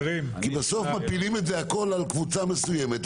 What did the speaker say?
בסוף מפילים את זה הכול על קבוצה מסוימת,